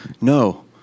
No